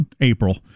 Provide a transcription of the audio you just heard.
April